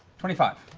twenty five.